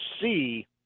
see